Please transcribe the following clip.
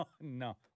no